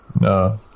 No